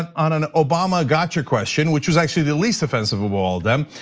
on an obama gotcha question, which was actually the least offensive of all them.